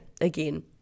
again